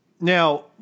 Now